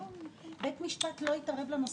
זה --- בית משפט לא התערב בנושא עצמו.